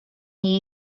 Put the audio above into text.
nie